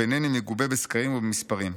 ואינני מגובה בסקרים ובמספרים.